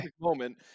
moment